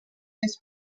més